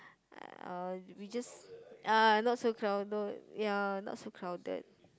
uh we just ah not so crowded ya not so crowded